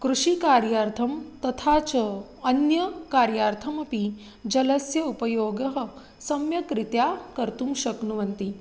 कृषिकार्यार्थं तथा च अन्यकार्यार्थमपि जलस्य उपयोगः सम्यक्रीत्या कर्तुं शक्नुवन्ति